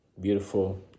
beautiful